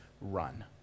run